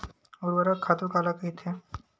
ऊर्वरक खातु काला कहिथे?